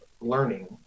learning